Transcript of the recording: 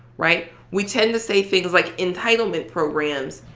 right? we tend to say things like entitlement programs,